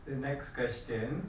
the next question